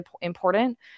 important